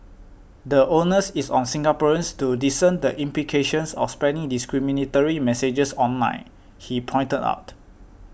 the onus is on Singaporeans to discern the implications of spreading discriminatory messages online he pointed out